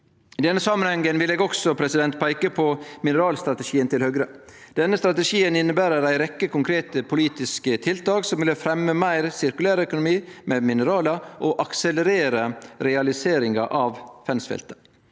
I denne samanhengen vil eg også peike på mineralstrategien til Høgre. Denne strategien inneber ei rekkje konkrete politiske tiltak som vil fremje meir sirkulærøkonomi med minerala og akselerere realiseringa av Fensfeltet.